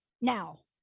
now